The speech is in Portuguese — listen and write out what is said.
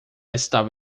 estava